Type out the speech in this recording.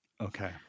Okay